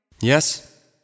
Yes